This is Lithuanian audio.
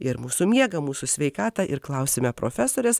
ir mūsų miegą mūsų sveikatą ir klausiame profesorės